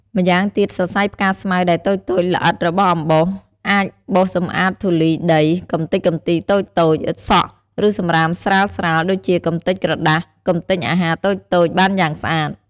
ម៉្យាងទៀត សរសៃផ្កាស្មៅដែលតូចៗ ល្អិត របស់អំបោស អាចបោសសម្អាតធូលីដី កម្ទេចកំទីតូចៗ សក់ ឬសំរាមស្រាលៗ ដូចជាកម្ទេចក្រដាស កម្ទេចអាហារតូចៗ បានយ៉ាងស្អាត។